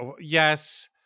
yes